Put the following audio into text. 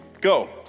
Go